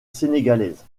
sénégalaise